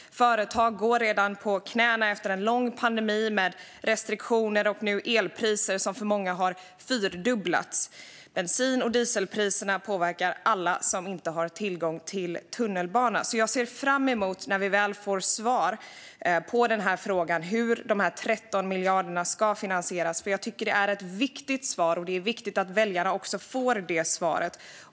Företagen går redan på knäna efter en lång pandemi med restriktioner och nu elpriser som för många har fyrdubblats. Bensin och dieselpriserna påverkar alla som inte har tillgång till tunnelbana. Jag ser fram emot när vi väl får svar på frågan hur de 13 miljarderna ska finansieras. Jag tycker att det är ett viktigt svar, och det är viktigt att väljarna får det.